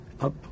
up